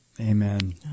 Amen